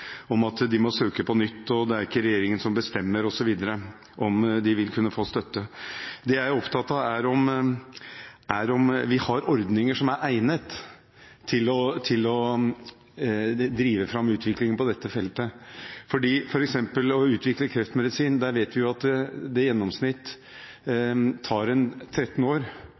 om at de må søke på nytt, og at det er ikke regjeringen som bestemmer om de vil kunne få støtte. Det jeg er opptatt av, er om vi har ordninger som er egnet til å drive fram utviklingen på dette feltet. Når det gjelder f.eks. det å utvikle kreftmedisin, vet vi jo at det tar i gjennomsnitt 13 år